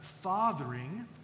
fathering